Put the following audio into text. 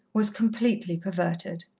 was completely perverted.